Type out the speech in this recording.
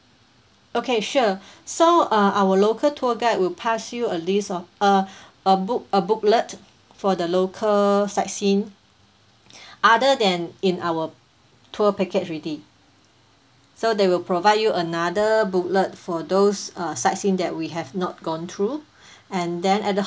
okay sure so uh our local tour guide will pass you a list of uh a book~ a booklet for the local sightseeing other than in our tour package already so they will provide you another booklet for those uh sightseeing that we have not gone through and then at the